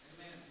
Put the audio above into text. Amen